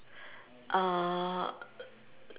uh